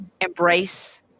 embrace